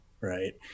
right